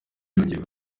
yongeye